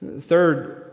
Third